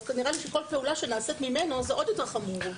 אז נראה לי שכל פעולה שנעשית ממנו זה עוד יותר חמור.